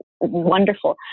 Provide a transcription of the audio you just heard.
wonderful